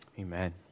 Amen